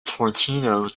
torpedo